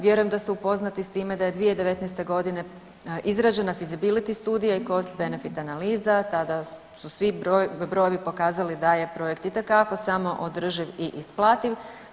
Vjerujem da ste upoznati s time da je 2019. godine izrađena feasibility studija i cost-benefit analiza tada su svi brojevi pokazali da je projekt itekako samoodrživ i isplativ.